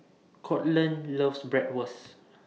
Courtland loves Bratwurst